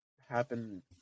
happen